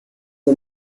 the